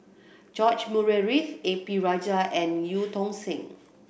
George Murray Reith A P Rajah and Eu Tong Sen